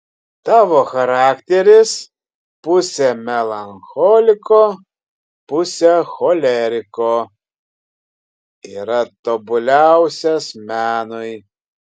tavo charakteris pusė melancholiko pusė choleriko yra tobuliausias menui